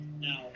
now